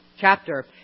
chapter